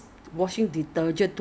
did you seek medical advice